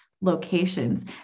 locations